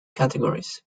categories